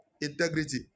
integrity